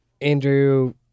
Andrew